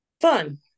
Fun